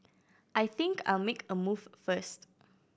I think I'll make a move first